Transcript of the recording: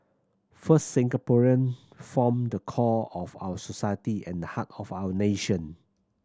first Singaporean form the core of our society and the heart of our nation